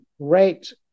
great